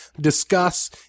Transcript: discuss